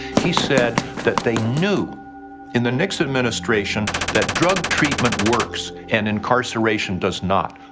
he said that they knew in the nixon administration that drug treatment works and incarceration does not,